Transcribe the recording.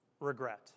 regret